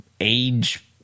age